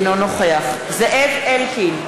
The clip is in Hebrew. אינו נוכח זאב אלקין,